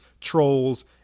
trolls